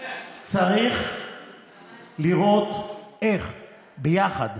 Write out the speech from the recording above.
צריך לראות איך ביחד,